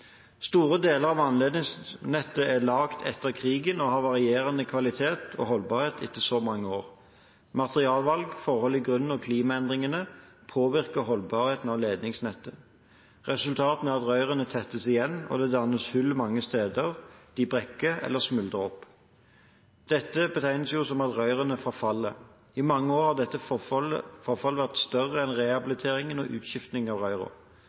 Store deler av vannledningsnettet er lagt etter krigen og har varierende kvalitet og holdbarhet etter så mange år. Materialvalg, forhold i grunnen og klimaendringer påvirker holdbarheten av ledningsnettet. Resultatet er at rørene tettes igjen, det dannes hull mange steder, rørene brekker, eller de smuldrer opp. Dette betegnes som at rørene forfaller. I mange år har dette forfallet vært større enn rehabiliteringen og utskiftingen av